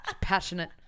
Passionate